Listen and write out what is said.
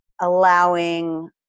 allowing